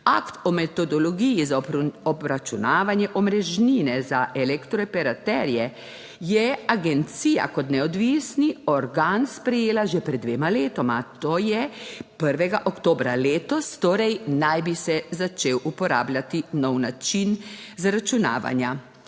Akt o metodologiji za obračunavanje omrežnine za elektrooperaterje je agencija kot neodvisni organ sprejela že pred dvema letoma, to je 1. oktobra letos torej naj bi se začel uporabljati nov način zaračunavanja.